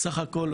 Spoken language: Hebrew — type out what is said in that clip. בסך הכל,